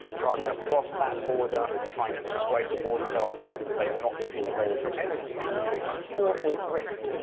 driving across that border, trying to persuade the border guards that they were not the people they were pretending to be would have been fraught with risk.